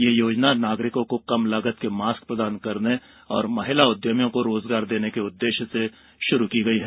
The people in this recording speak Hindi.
यह योजना नागरिकों को कम लागत के मास्क प्रदान करने और महिला उद्यमियों को रोजगार देने के उद्देश्य से शुरू की गई है